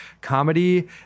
comedy